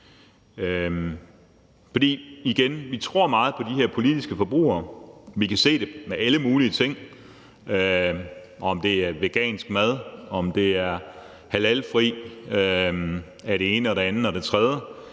For – igen – vi tror meget på de her politiske forbrugere. Vi kan se det med alle mulige ting – om det er vegansk mad, om det er halalfri mad af den ene og anden og tredje